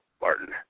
Martin